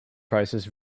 prices